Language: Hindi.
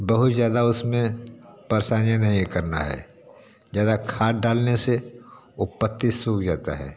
बहुत ज़्यादा उसमें परेशानियाँ नहीं करना है ज़्यादा खाद डालने से ओ पत्ती सूख जाता है